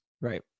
Right